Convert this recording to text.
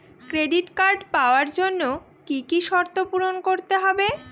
Credit card পাওয়ার জন্য কি কি শর্ত পূরণ করতে হবে?